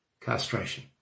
castration